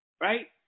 Right